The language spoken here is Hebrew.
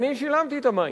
אני שילמתי את חשבון המים,